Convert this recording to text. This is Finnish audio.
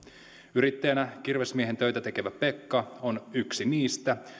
yrittäjänä kirvesmiehen töitä tekevä pekka on yksi niistä